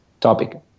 topic